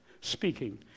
speaking